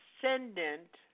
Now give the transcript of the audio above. descendant